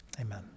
Amen